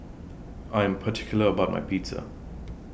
I Am particular about My Pizza